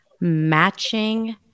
matching